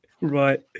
Right